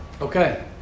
Okay